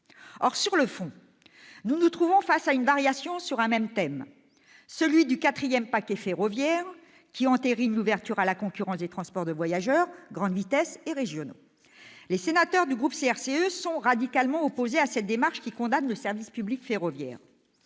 Or, sur le fond, nous nous trouvons face à une variation sur un même thème, celui du quatrième paquet ferroviaire, qui entérine l'ouverture à la concurrence des transports de voyageurs, lignes à grande vitesse comme trains régionaux. Les sénateurs du groupe CRCE sont radicalement opposés à cette démarche qui condamne le service public ferroviaire.